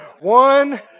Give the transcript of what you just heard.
One